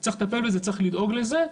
צריך לטפל בזה, צריך לדאוג לזה.